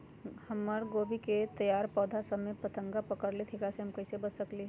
हमर गोभी के तैयार पौधा सब में फतंगा पकड़ लेई थई एकरा से हम कईसे बच सकली है?